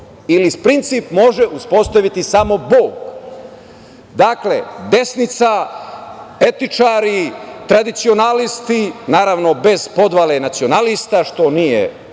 ili princip može uspostaviti samo Bog? Dakle, desnica, etičari, tradicionalisti, naravno bez podvale nacionalista što nije